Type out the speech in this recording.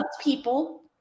people